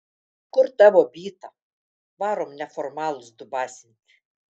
kur tavo byta varom neformalus dubasint